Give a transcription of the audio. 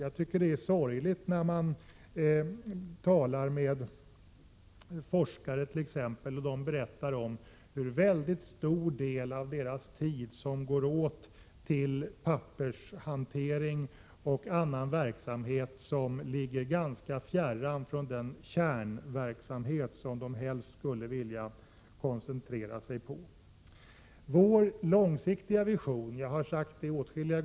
Det är sorgligt när man talar med forskare och de berättar hur stor del av deras tid som går åt till pappershantering och annan verksamhet som ligger ganska fjärran från den kärnverksamhet de helst skulle vilja koncentrera sig på. Vårlångsiktiga vision är autonoma högskolor.